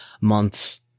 months